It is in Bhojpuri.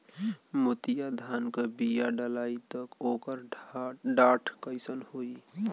मोतिया धान क बिया डलाईत ओकर डाठ कइसन होइ?